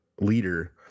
leader